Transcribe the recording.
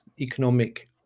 Economic